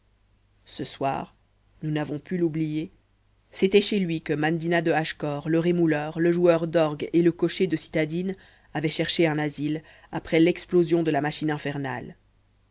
ce soir nous n'avons pu l'oublier c'était chez lui que mandina de hachecor le rémouleur le joueur d'orgues et le cocher de citadine avaient cherché un asile après l'explosion de la machine infernale